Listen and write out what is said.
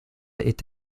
est